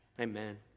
Amen